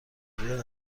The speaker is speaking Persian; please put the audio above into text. آیا